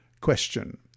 Question